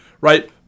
right